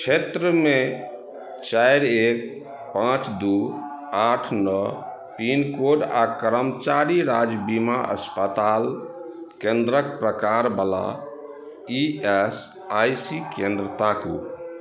क्षेत्रमे चारि एक पाँच दू आठ नओ पिनकोड आ कर्मचारी राज्य बीमा अस्पताल केन्द्रक प्रकार बला ई एस आइ सी केंद्र ताकू